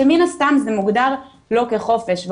כשמן הסתם זה מוגדר לא כחופש.